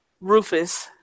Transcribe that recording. Rufus